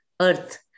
earth